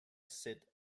sit